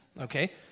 okay